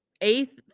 eighth